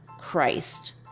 Christ